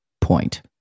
point